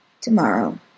Tomorrow